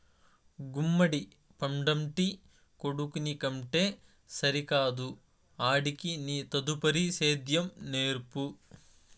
గుమ్మడి పండంటి కొడుకుని కంటే సరికాదు ఆడికి నీ తదుపరి సేద్యం నేర్పు